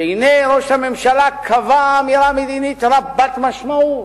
שהנה ראש הממשלה קבע אמירה מדינית רבת-משמעות,